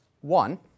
One